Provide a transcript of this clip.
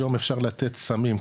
היום אפשר לתת סמים,